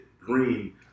green